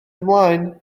ymlaen